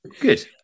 Good